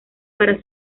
para